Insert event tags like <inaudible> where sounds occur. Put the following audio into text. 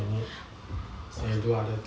<noise> do other